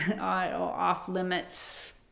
off-limits